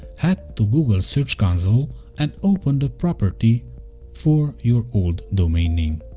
head to google search console and open the property for your old domain name.